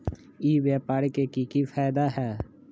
ई व्यापार के की की फायदा है?